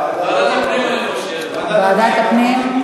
ועדת הפנים.